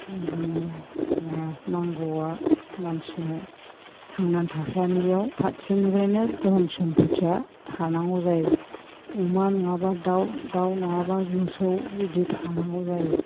माने नांगौआ मानसिनो थांनानै थासान्दियाव फारसेनिफ्रायनो धन सम्फथिया थानांगौ जायो अमा नङाबा दाउ दाउ नङाबा मोसौ बिदि थानांगौ जायो